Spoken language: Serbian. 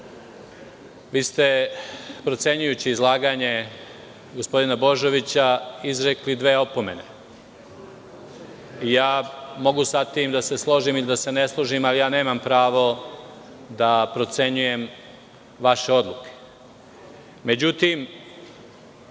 Vi ste procenjujući izlaganje gospodina Božovića izrekli dve opomene. Mogu sa tim da se složim i da se ne složim, ali ja nemam pravo da procenjujem vaše